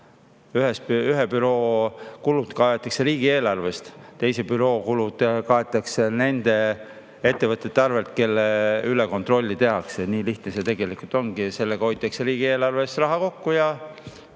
Ühe büroo kulud kaetakse riigieelarvest, teise büroo kulud kaetakse nende ettevõtete arvel, kelle üle kontrolli tehakse. Nii lihtne see tegelikult ongi. Sellega hoitakse riigieelarves raha kokku.